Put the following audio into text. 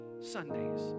Sundays